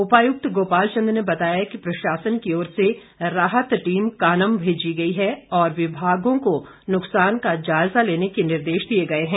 उपायुक्त गोपाल चंद ने बताया कि प्रशासन की ओर से राहत टीम कानम भेजी गई है और विभागों को नुक्सान का जायजा लेने के निर्देश दिए गए हैं